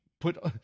put